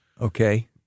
Okay